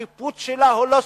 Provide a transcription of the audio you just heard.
השיפוט שלה הוא לא סופי.